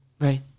Right